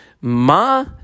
Ma